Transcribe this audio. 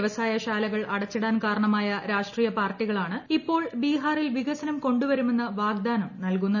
വ്യവസായ ശാലകൾ അടച്ചിടാൻ കാരണമായ രാഷ്ട്രീയ പാർട്ടികളാണ് ഇപ്പോൾ ബിഹാറിൽ വികസനം കൊണ്ടുവരുമെന്ന വാഗ്ദാനം നൽകുന്നത്